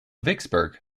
vicksburg